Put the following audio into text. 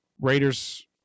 Raiders